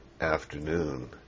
afternoon